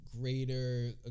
greater